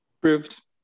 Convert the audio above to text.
Approved